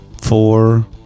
Four